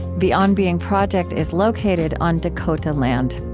the on being project is located on dakota land.